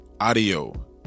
audio